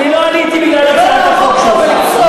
אני לא עליתי בגלל הצעת החוק שלך,